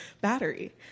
battery